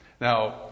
Now